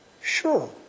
Sure